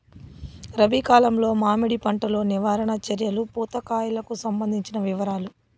రబి కాలంలో మామిడి పంట లో నివారణ చర్యలు పూత కాయలకు సంబంధించిన వివరాలు?